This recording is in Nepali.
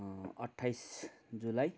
अट्ठाइस जुलाई